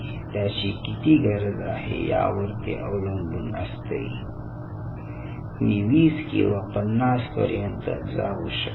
त्याची किती गरज आहे यावर ते अवलंबून असते मी 20 किंवा 50 पर्यंत जाऊ शकतो